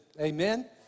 amen